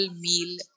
meal